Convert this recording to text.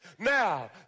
Now